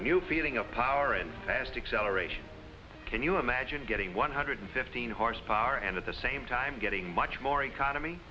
new feeling of power and plastic celebration can you imagine getting one hundred fifteen horsepower and at the same time getting more more economy